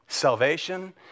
Salvation